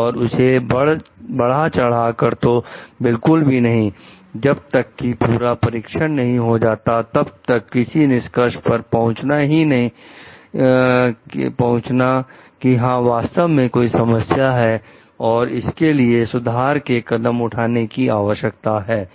और उसे बढ़ा चढ़ाकर तो बिल्कुल भी नहीं जब तक कि पूरा परीक्षण नहीं हो जाता तब तक किसी निष्कर्ष पर पहुंचना कि हां वास्तव में कोई समस्या है और इसके लिए सुधार के कदम उठाने की आवश्यकता है